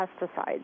pesticides